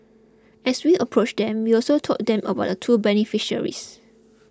as we approached them we also told them about two beneficiaries